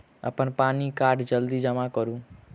अप्पन पानि कार्ड जल्दी जमा करू?